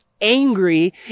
angry